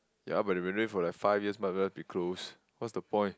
ya but it renovate for like five years might as well be closed what's the point